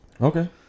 Okay